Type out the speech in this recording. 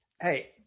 Hey